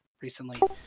recently